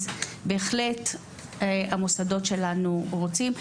אז בהחלט המוסדות שלנו רוצים.